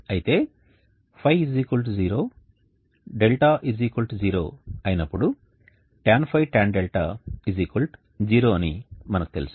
అయితే ϕ0 δ0 అయినప్పుడు tanϕ tanδ 0 అని మనకు తెలుసు